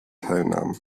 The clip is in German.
teilnahm